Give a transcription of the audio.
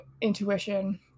intuition